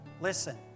listen